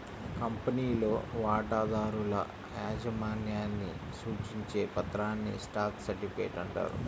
కంపెనీలో వాటాదారుల యాజమాన్యాన్ని సూచించే పత్రాన్నే స్టాక్ సర్టిఫికేట్ అంటారు